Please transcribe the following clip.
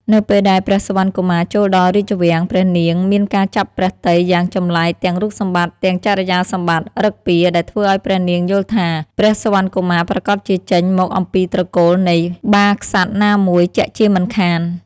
នៅពេលដែលព្រះសុវណ្ណកុមារចូលដល់រាជវាំង ព្រះនាងមានការចាប់ព្រះទ័យយ៉ាងចម្លែក ទាំងរូបសម្បត្តិ ទាំងចរិយាសម្បត្តិ ឫកពា ដែលធ្វើឱ្យព្រះនាងយល់ថាព្រះសុវណ្ណកុមារប្រាកដជាចេញមកអំពីត្រកូលនៃបាក្សត្រណាមួយជាក់ជាមិនខាន។